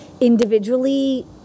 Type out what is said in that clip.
individually